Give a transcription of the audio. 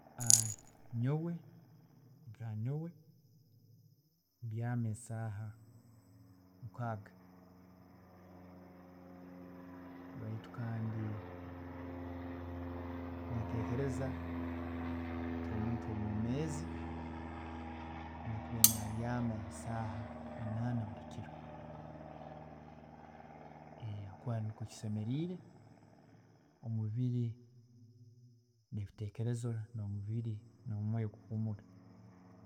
Nyowe nka nyowe mbyaama esaaha mukaaga baitu kandi nintekereza nti omuntu omwoomeezi ayine kuba nabyaama esaaha munaana buri kiro, habwokuba nikwe kisemereire, omubiri, nebiteekerezo nomubiri nomwoyo kuhumura.